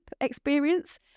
experience